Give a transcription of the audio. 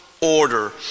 order